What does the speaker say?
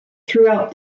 throughout